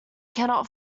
cannot